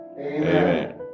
Amen